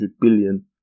billion